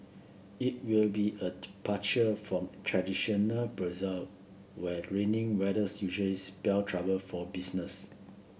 it will be a departure from traditional bazaar where rainy weather usually spell trouble for business